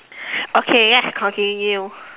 okay let's continue